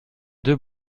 deux